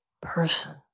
person